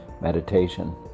meditation